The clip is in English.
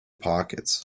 pockets